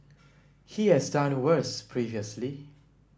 he has done worse previously